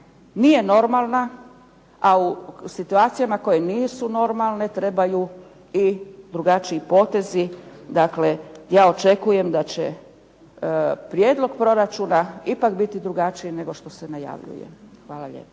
nije normalna, a u situacijama koje nisu normalne trebaju i drugačiji potezi. Dakle, ja očekujem da će prijedlog proračuna ipak biti drugačiji nego što se najavljuje. Hvala lijepa.